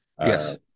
Yes